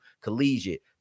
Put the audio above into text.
collegiate